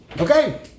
Okay